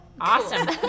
Awesome